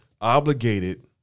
obligated